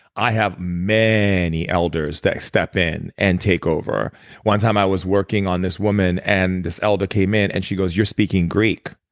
i have many elders that step in and take over one time, i was working on this woman and this elder came in and she goes you're speaking greek.